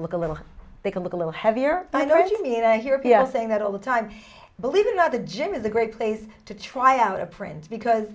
look a little they can look a little heavier i don't you mean i hear people saying that all the time believing that the gym is a great place to try out a print because